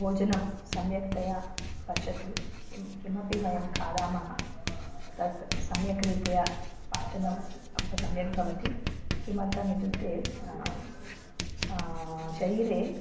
भोजनं सम्यक्तया पचति किं किमपि वयं खादामः तत् सम्यक् रीत्या पाचनं अप् सम्यक् भवति किमर्थम् इत्युक्ते शरीरे